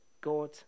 God